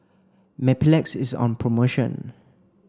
Mepilex is on promotion